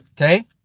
okay